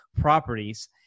properties